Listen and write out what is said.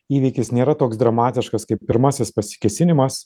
įvykis nėra toks dramatiškas kaip pirmasis pasikėsinimas